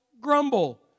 grumble